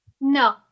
no